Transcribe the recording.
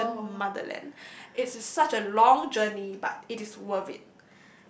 the Russian motherland it is such a long journey but it is worth it